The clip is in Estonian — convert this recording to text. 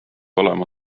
olema